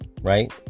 right